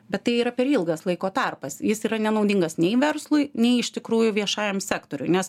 bet tai yra per ilgas laiko tarpas jis yra nenaudingas nei verslui nei iš tikrųjų viešajam sektoriui nes